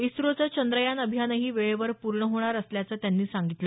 इस्रोचं चंद्रयान अभियानही वेळेवर पूर्ण होणार असल्याचं त्यांनी सांगितलं